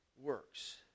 works